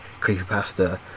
creepypasta